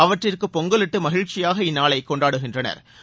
அவற்றிற்கு பொங்கலிட்டு மகிழ்ச்சியாக இந்நாளை கொண்டாடுகின்றனா்